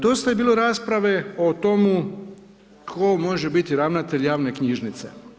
Dosta je bilo rasprave o tome tko može biti ravnatelj javne knjižnice.